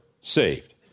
saved